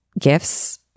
gifts